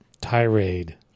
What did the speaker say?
tirade